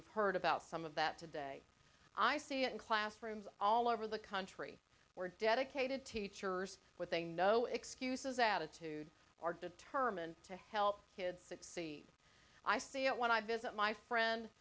you've heard about some of that today i see it in classrooms all over the country where dedicated teachers with a no excuses attitude are determined to help kids succeed i see it when i visit my friend